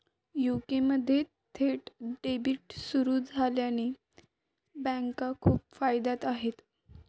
UK मध्ये थेट debit सुरू झाल्याने बँका खूप फायद्यात आहे